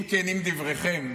אם כנים דבריכם,